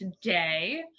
today